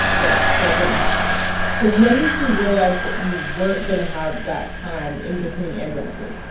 but that didn't happen so when did you realize that you weren't going to have that time in between ambulances?